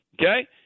Okay